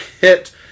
hit